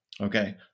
Okay